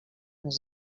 les